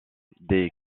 des